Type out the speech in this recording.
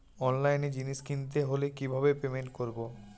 অনলাইনে জিনিস কিনতে হলে কিভাবে পেমেন্ট করবো?